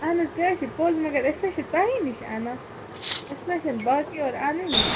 اہن حظ تہِ حظ پوٚز مگر أسۍ حظ چھِ تۅہے نِش اَنان